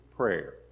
prayer